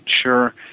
sure